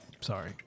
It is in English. Sorry